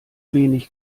wenig